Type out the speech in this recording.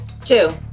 Two